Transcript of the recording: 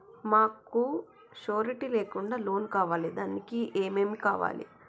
మాకు షూరిటీ లేకుండా లోన్ కావాలి దానికి ఏమేమి కావాలి?